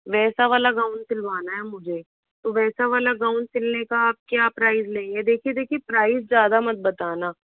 वैसा वाला गाउन सिलवाना है मुझे तो वैसा वाला गाउन सिलने का आप क्या प्राइस लेंगे देखिये देखिये प्राइस ज़्यादा मत बताना